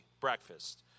breakfast